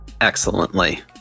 excellently